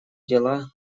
дела